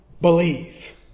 believe